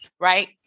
right